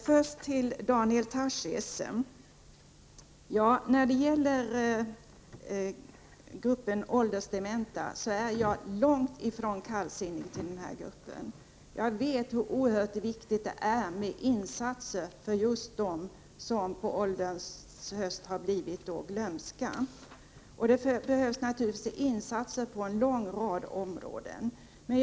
Fru talman! Först vill jag säga till Daniel Tarschys att jag är långt ifrån kallsinnig när det gäller de åldersdementa. Jag vet hur oerhört viktigt det är med insatser för just dem som på ålderns höst har blivit glömska. Det behövs naturligtvis insatser på en lång rad områden.